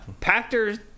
Pactor